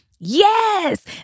Yes